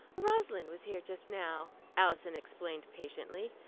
rosalind was here just now, alison explained patiently.